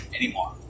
anymore